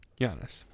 Giannis